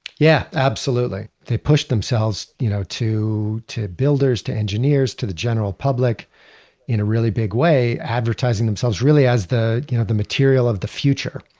yeah, absolutely. they pushed themselves you know to to builders, to engineers, to the general public in a really big way advertising themselves really as the you know the material of the future.